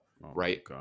right